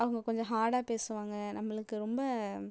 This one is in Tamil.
அவங்க கொஞ்சம் ஹார்டாக பேசுவாங்கள் நம்மளுக்கு ரொம்ப